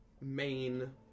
main